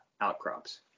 outcrops